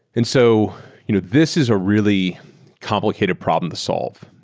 and so you know this is a really complicated problem to solve.